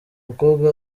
mukobwa